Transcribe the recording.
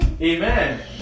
Amen